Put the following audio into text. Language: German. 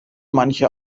manche